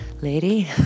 lady